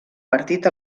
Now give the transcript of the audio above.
partit